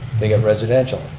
they get residential.